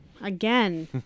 again